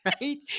right